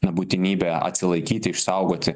na būtinybę atsilaikyti išsaugoti